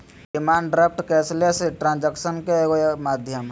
demand draft cashless ट्रांजेक्शनन के एगो माध्यम हइ